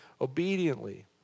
obediently